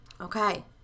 Okay